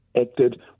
Acted